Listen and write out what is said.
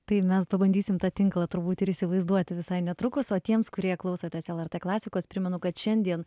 tai mes pabandysim tą tinklą turbūt ir įsivaizduoti visai netrukus o tiems kurie klausotės lrt klasikos primenu kad šiandien